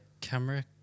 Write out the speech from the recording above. camera